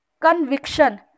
Conviction